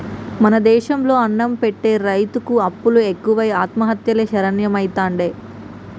మన దేశం లో అన్నం పెట్టె రైతుకు అప్పులు ఎక్కువై ఆత్మహత్యలే శరణ్యమైతాండే